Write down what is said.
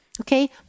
Okay